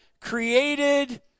created